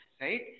Right